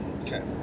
Okay